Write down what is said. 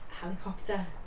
helicopter